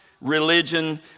religion